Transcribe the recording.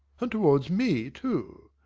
and towards me too!